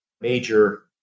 major